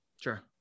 Sure